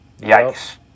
Yikes